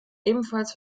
ebenfalls